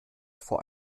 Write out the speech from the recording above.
vor